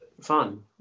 fun